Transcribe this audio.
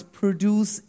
produce